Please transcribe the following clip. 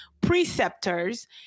preceptors